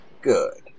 Good